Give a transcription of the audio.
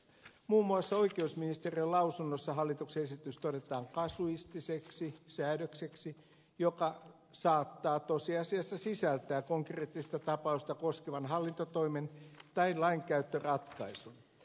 muun muassa oikeusministeriön lausunnossa hallituksen esitys todetaan kasuistiseksi säädökseksi joka saattaa tosiasiassa sisältää konkreettista tapausta koskevan hallintotoimen tai lainkäyttöratkaisun